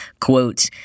Quote